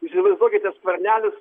įsivaizduokite skvernelis